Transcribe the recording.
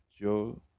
Joe